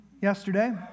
yesterday